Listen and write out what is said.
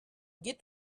get